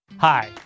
Hi